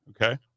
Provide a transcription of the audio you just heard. Okay